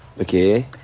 Okay